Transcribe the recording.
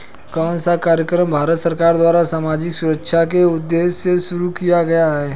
कौन सा कार्यक्रम भारत सरकार द्वारा सामाजिक सुरक्षा के उद्देश्य से शुरू किया गया है?